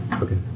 Okay